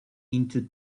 into